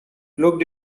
looked